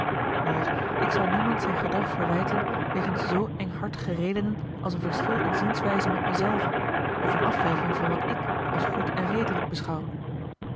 maar ik zal niemand zijn gedrag verwijten wegens zoo enghartige redenen als een verschil in zienswijze met mijzelve of eene afwijking van wat ik als goed en redelijk beschouw